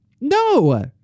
No